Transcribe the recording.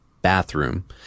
bathroom